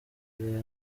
imbere